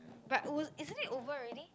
but is isn't it over already